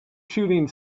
shooting